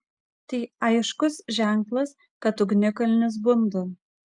tai aiškus ženklas kad ugnikalnis bunda